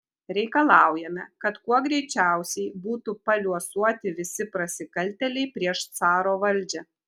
reikalaujame kad kuo greičiausiai būtų paliuosuoti visi prasikaltėliai prieš caro valdžią